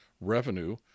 revenue